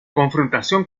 confrontación